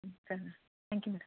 వస్తాను thank you madam